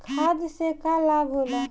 खाद्य से का लाभ होला?